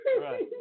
right